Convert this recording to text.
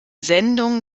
sendungen